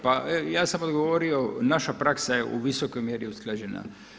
Pa ja sam odgovorio naša praksa je u visokoj mjeri usklađena.